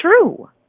True